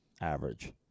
average